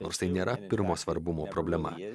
nors tai nėra pirmo svarbumo problema